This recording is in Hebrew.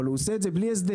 אבל הוא עושה את זה בלי הסדר,